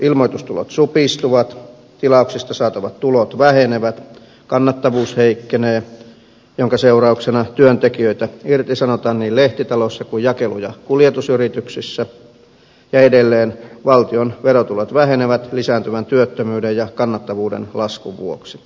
ilmoitustulot supistuvat tilauksista saatavat tulot vähenevät kannattavuus heikkenee minkä seurauksena työntekijöitä irtisanotaan niin lehtitaloissa kuin jakelu ja kuljetusyrityksissä ja edelleen valtion verotulot vähenevät lisääntyvän työttömyyden ja kannattavuuden laskun vuoksi